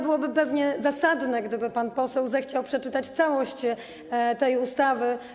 Byłoby pewnie zasadne, gdyby pan poseł zechciał przeczytać całość tej ustawy.